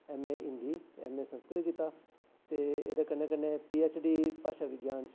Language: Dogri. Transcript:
M A Hindi M A Sanskrit कीता ते एह्दे कन्नै कन्नै पी एच डी भाशाविज्ञान च